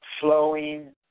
flowing